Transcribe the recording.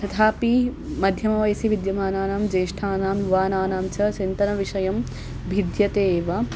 तथापि मध्यमवयसि विद्यमानानां ज्येष्ठानां युवानानां च चिन्तनविषयं भिद्यते एव